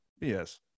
Yes